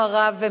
ולצערנו הרב,